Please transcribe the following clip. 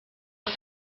els